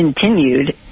continued